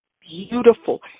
beautiful